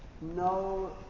No